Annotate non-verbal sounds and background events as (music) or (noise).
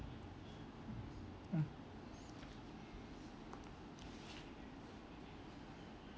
mm (breath)